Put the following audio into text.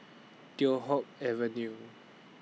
Teow Hock Avenue